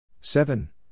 Seven